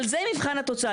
אבל זה מבחן התוצאה.